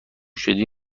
شدی